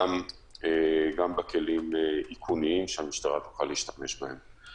גם בכלים איכוניים שהמשטרה תוכל להשתמש בהם.